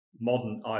modern